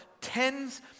tens